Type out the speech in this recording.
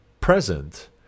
present